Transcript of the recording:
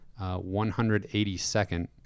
182nd